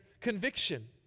conviction